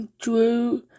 Drew